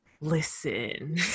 Listen